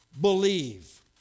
believe